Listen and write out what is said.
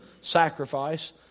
sacrifice